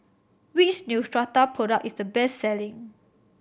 which Neostrata product is the best selling